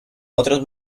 otros